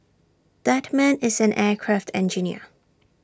that man is an aircraft engineer